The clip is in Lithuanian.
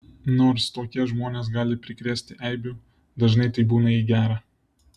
nors tokie žmonės gali prikrėsti eibių dažnai tai būna į gera